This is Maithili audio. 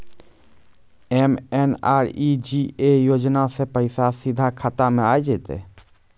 एम.एन.आर.ई.जी.ए योजना के पैसा सीधा खाता मे आ जाते?